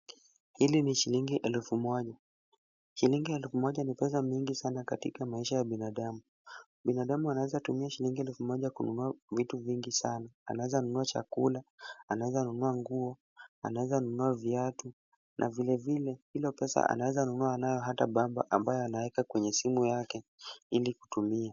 Hili ni shilingi elfu moja. Shilingi elfu moja ni pesa mingi sana katika maisha ya binadamu. Binadamu anaweza tumia shilingi elfu moja kununua vitu vingi sana. Anaweza nunua chakula, anaweza nunua nguo, anaweza nunua viatu na vile vile, hilo pesa anaweza nunua nayo hata bamba ambayo anaeka kwenye simu yake ili kutumia.